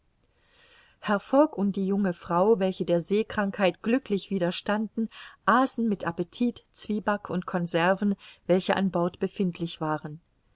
fogg und die junge frau welche der seekrankheit glücklich widerstanden aßen mit appetit zwieback und conserven welche an bord befindlich waren